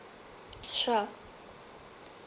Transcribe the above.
sure